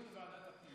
דיון בוועדת הפנים.